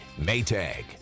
Maytag